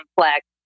complex